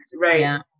right